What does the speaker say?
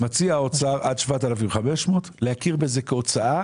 מציע האוצר להכיר בזה כהוצאה